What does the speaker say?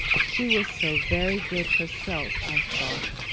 she was so very good herself, i thought,